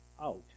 out